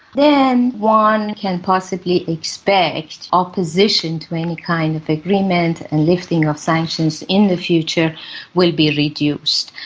then one can possibly expect opposition to any kind of agreement and lifting of sanctions in the future will be reduced.